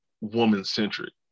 woman-centric